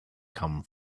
come